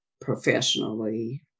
professionally